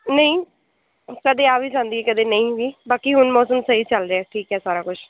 ਨਹੀਂ ਕਦੇ ਆ ਵੀ ਜਾਂਦੀ ਕਦੇ ਨਹੀਂ ਵੀ ਬਾਕੀ ਹੁਣ ਮੌਸਮ ਸਹੀ ਚੱਲ ਰਿਹਾ ਠੀਕ ਹੈ ਸਾਰਾ ਕੁਛ